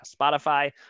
Spotify